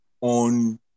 on